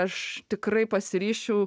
aš tikrai pasiryžčiau